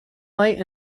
light